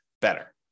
better